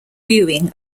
viewing